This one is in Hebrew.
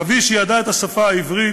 אבי שידע את השפה העברית,